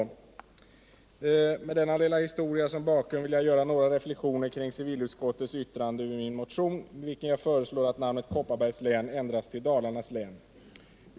123 Med denna lilla historia som bakgrund vill jag göra några reflexioner kring civilutskottets yttrande över min motion, i vilken jag föreslår att namnet Kopparbergs län ändras till Dalarnas län.